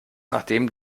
nachdem